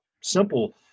simple